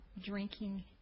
drinking